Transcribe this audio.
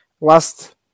last